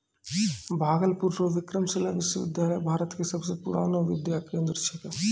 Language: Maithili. भागलपुर रो विक्रमशिला विश्वविद्यालय भारत के सबसे पुरानो विद्या केंद्र छिकै